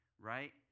right